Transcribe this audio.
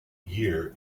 year